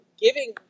giving